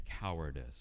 cowardice